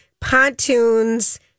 Pontoons